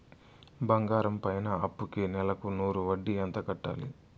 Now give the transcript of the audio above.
బంగారం పైన అప్పుకి నెలకు నూరు వడ్డీ ఎంత కట్టాలి?